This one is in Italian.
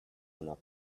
una